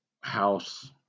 house